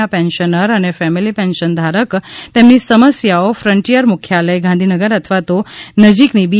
ના પેન્શનર એન family pension ધારક તેમની સમસ્યાઓ ફ્ટિયર મુખ્યાલય ગાંધીનગર અથવા તો નજીકની બી